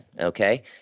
okay